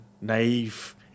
naive